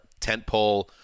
tentpole